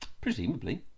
Presumably